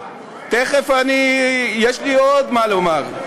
תכף אני, יש לי עוד מה לומר.